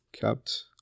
kept